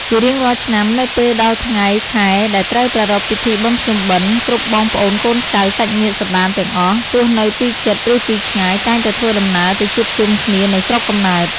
ជារៀងរាល់ឆ្នាំ នៅពេលដល់ថ្ងៃខែដែលត្រូវប្រារព្ធពិធីបុណ្យភ្ជុំបិណ្ឌ គ្រប់បងប្អូនកូនចៅ សាច់ញាតិសន្ដានទាំងអស់ ទោះនៅទីជិត ឬទីឆ្ងាយ តែងតែធ្វើដំណើរទៅជួបជុំគ្នានៅស្រុកកំណើត។